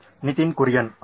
ನಿತಿನ್ ಕುರಿಯನ್ ಹೌದು